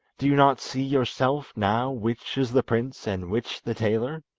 do you not see yourself now which is the prince and which the tailor?